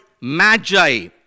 magi